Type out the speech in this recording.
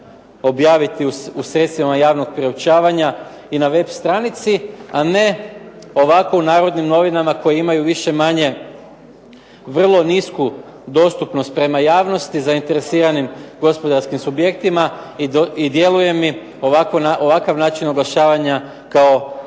objaviti u sredstvima javnog priopćavanja i na web stranici, a ne ovako u "Narodnim novinama" koji imaju više-manje vrlo nisku dostupnost prema javnosti, zainteresiranim gospodarskim subjektima i djeluje mi ovakav način oglašavanja kao